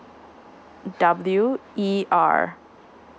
W E R